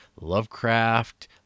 Lovecraft